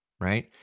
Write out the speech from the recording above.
right